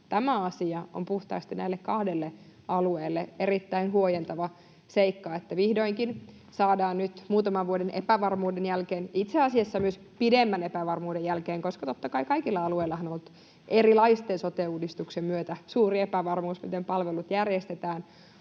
tämä asia on puhtaasti näille kahdelle alueelle erittäin huojentava seikka, että vihdoinkin tämä saadaan nyt muutaman vuoden epävarmuuden jälkeen — itse asiassa myös pidemmän epävarmuuden jälkeen, koska totta kai kaikilla alueillahan on ollut erilaisten sote-uudistuksien myötä suuri epävarmuus, miten palvelut järjestetään.